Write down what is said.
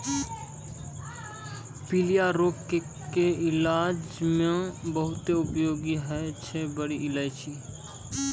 पीलिया के रोग के इलाज मॅ बहुत उपयोगी होय छै बड़ी इलायची